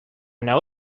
know